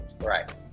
right